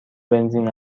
بنزین